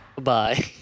Bye